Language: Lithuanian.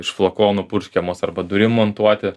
iš flakonų purškiamos arba durim montuoti